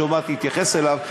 שעוד מעט אתייחס אליו,